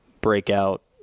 breakout